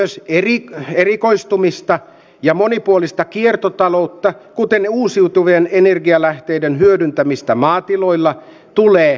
osa eri erikoistumista ja monipuolista kiertotaloutta kuten uusiutuvien energialähteiden hyödyntämistä maatiloilla tulee